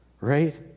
right